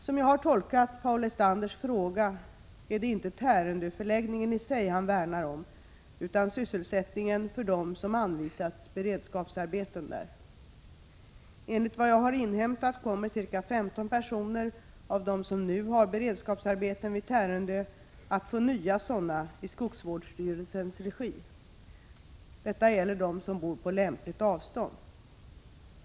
Som jag har tolkat Paul Lestanders fråga är det inte Tärendöförläggningen i sig han värnar om, utan sysselsättning för dem som anvisats beredskapsarbeten där. Enligt vad jag har inhämtat kommer ca 15 personer av dem som nu har beredskapsarbeten vid Tärendö att få nya sådana i skogsvårdsstyrelsens regi. Detta gäller dem som bor på lämpligt avstånd.